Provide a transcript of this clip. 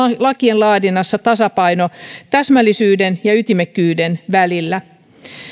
lakien laadinnassa tasapaino täsmällisyyden ja ytimekkyyden välillä